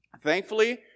Thankfully